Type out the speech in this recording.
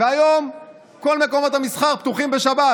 והיום כל מקומות המסחר פתוחים בשבת.